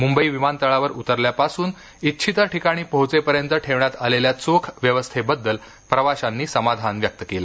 मुंबई विमानतळावर उतरल्यापासून इच्छित ठिकाणी पोहोचेपर्यंत ठेवण्यात आलेल्या चोख व्यवस्थेबद्दल प्रवाशांनी समाधान व्यक्त केलं